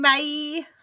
Bye